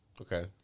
Okay